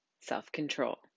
self-control